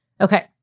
Okay